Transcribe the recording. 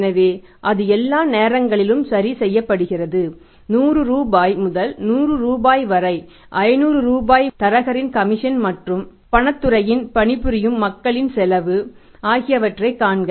எனவே அது எல்லா நேரங்களிலும் சரி செய்யப்படுகிறது 100 ரூபாய் முதல் 100 ரூபாய் வரை 500 ரூபாய் தரகரின் கமிஷன் மற்றும் பணத்துறையில் பணிபுரியும் மக்களின் செலவு ஆகியவற்றைக் காண்க